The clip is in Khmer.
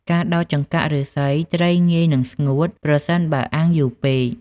ការដោតចង្កាក់ឫស្សីត្រីងាយនឹងស្ងួត ប្រសិនបើអាំងយូរពេក។